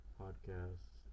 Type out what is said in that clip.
podcasts